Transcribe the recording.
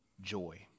joy